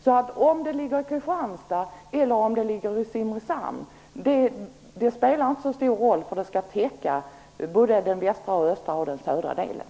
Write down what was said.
Om fiskerienheten ligger i Kristianstad eller Simrishamn spelar inte så stor roll. Den skall nämligen täcka såväl den västra, den östra som den södra delen.